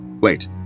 Wait